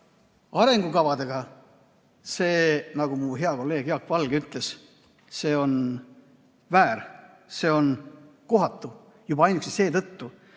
arengukavadega, nagu mu hea kolleeg Jaak Valge ütles, see on väär. See on kohatu juba ainuüksi seetõttu,